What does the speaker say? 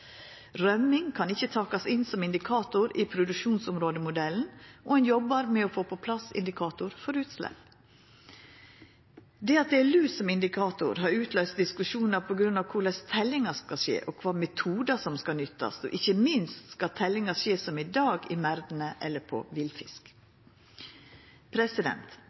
Rømming kan ikkje takast inn som indikator i produksjonsområdemodellen, og ein jobbar med å få på plass indikator for utslepp. Det at det er lus som er indikator, har utløyst diskusjonar om korleis teljinga skal skje, kva metodar som skal nyttast, og ikkje minst om teljinga skal skje som i dag, i merdane eller på villfisk.